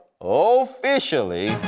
officially